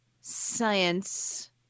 science